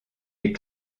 les